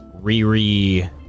Riri